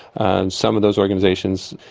and some of those organisations,